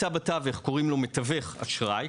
בתווך קוראים לו מתווך אשראי,